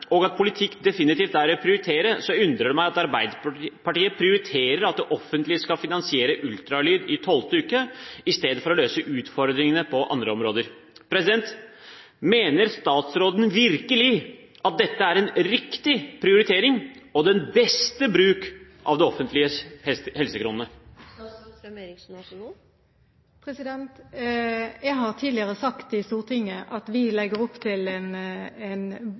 og at politikk definitivt er å prioritere, undrer det meg at Arbeiderpartiet prioriterer at det offentlige skal finansiere ultralyd i tolvte uke i stedet for å løse utfordringene på andre områder. Mener statsråden virkelig at dette er en riktig prioritering og den beste bruk av det offentliges helsekroner? Jeg har tidligere sagt i Stortinget at vi fra regjeringens side legger opp til både en bred debatt og en